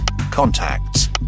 contacts